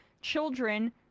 children